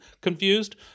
Confused